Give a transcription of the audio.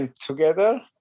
together